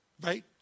Right